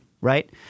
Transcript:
right